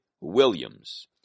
Williams